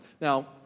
Now